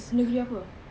negeri apa